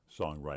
songwriter